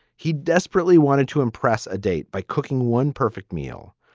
he desperately wanted to impress a date by cooking one perfect meal.